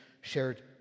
shared